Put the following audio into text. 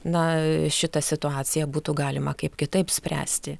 na šitą situaciją būtų galima kaip kitaip spręsti